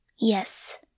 Yes